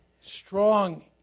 strong